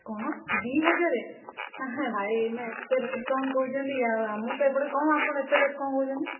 କ'ଣ ଦୁଇ ହଜାରେ ଆହା ଭାଇନା ଏତେ ରେଟ୍ କ'ଣ କହୁଛନ୍ତି ଆଉ ଆମର ତ ଏପଟେ କମ୍ ଆପଣ ଏତେ ରେଟ୍ କ'ଣ କହୁଛନ୍ତି